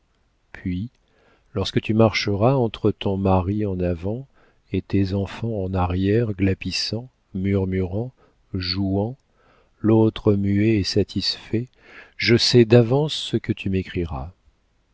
puis lorsque tu marcheras entre ton mari en avant et tes enfants en arrière glapissant murmurant jouant l'autre muet et satisfait je sais d'avance ce que tu m'écriras